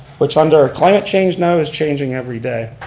which under ah climate change now, is changing everyday.